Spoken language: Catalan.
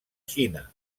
xina